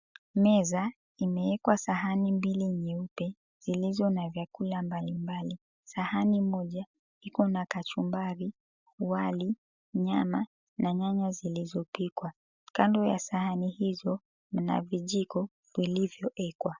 Meza imeekwa sahani mbili nyeupe zilizo na vyakula mbalimbali sahani moja iko na kachumbari, wali, nyama na nyanya zilizopikwa, kando ya sahani hizo mna vijiko vilivyo𝑤ekwa.